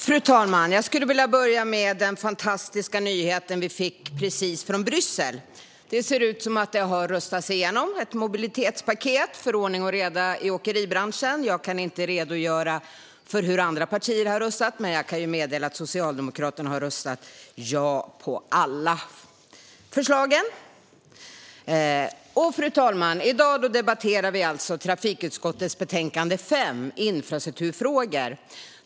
Fru talman! Jag skulle vilja börja med den fantastiska nyhet vi precis fick från Bryssel. Det ser ut som att det har röstats igenom ett mobilitetspaket för ordning och reda i åkeribranschen. Jag kan inte redogöra för hur andra partier har röstat, men jag kan meddela att Socialdemokraterna har röstat ja till alla förslag. Fru talman! I dag debatterar vi alltså trafikutskottets betänkande 5 , In frastrukturfrågor .